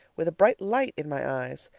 with a bright light in my eyes.